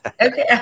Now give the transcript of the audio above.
Okay